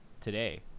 today